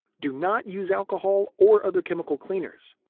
do not use alcohol or other chemical cleaners.